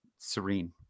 serene